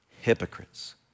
hypocrites